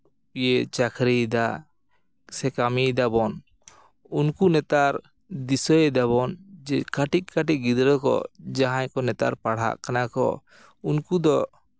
ᱪᱟᱹᱠᱨᱤᱭᱫᱟ ᱥᱮ ᱠᱟᱹᱢᱤᱭ ᱫᱟᱵᱚᱱ ᱩᱱᱠᱩ ᱱᱮᱛᱟᱨ ᱫᱤᱥᱟᱹᱭ ᱫᱟᱵᱚᱱ ᱡᱮ ᱠᱟᱹᱴᱤᱡ ᱠᱟᱹᱴᱤᱡ ᱜᱤᱫᱽᱨᱟᱹ ᱠᱚ ᱡᱟᱦᱟᱸᱭ ᱠᱚ ᱱᱮᱛᱟᱨ ᱯᱟᱲᱦᱟᱜ ᱠᱟᱱᱟ ᱠᱚ ᱩᱱᱠᱩ ᱫᱚ